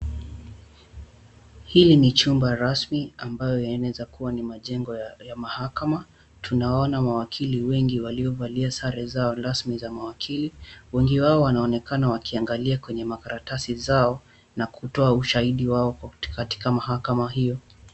Hili ni jumba rasmi ambalo linaweza kuwa majengo ya mahakama. Tunaona mawakili wengi waliovalia mavazi ya mahakama na sare zao rasmi za mawakili, wengi wao wanaonekana wakiangalia kwenye makaratasi zao, na kutoa ushahidi wao katika mahakama hiyo.